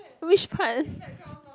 which part